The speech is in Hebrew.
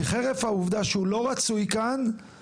היא חרף העובדה שהוא לא רצוי כאן,